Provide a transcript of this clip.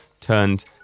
Turned